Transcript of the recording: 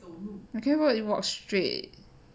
I cannot even walk straight